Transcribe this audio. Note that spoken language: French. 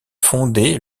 fondée